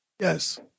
Yes